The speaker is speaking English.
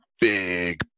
big